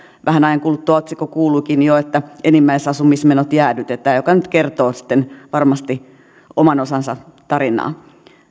vähän ajan kuluttua otsikko kuuluikin jo että enimmäisasumismenot jäädytetään mikä nyt kertoo sitten varmasti oman osansa tarinaa